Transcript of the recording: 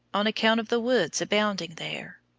on account of the woods abounding there.